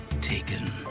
taken